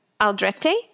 Aldrete